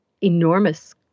enormous